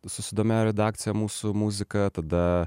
susidomėjo redakcija mūsų muzika tada